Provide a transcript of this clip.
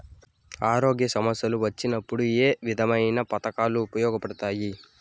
ఆరోగ్య సమస్యలు వచ్చినప్పుడు ఏ విధమైన పథకాలు ఉపయోగపడతాయి